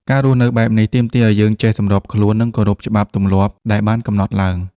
ការរស់នៅបែបនេះ ទាមទារឲ្យយើងចេះសម្របខ្លួន និងគោរពច្បាប់ទម្លាប់ដែលបានកំណត់ឡើង។